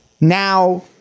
now